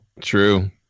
True